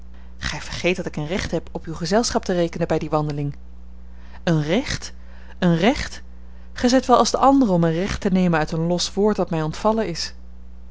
gij vergeet dat ik een recht heb op uw gezelschap te rekenen bij die wandeling een recht een recht gij zijt wel als de anderen om een recht te nemen uit een los woord dat mij ontvallen is